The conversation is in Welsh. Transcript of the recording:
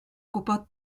gwybod